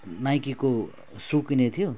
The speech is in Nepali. नाइकिको सू किनेको थियो